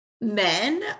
men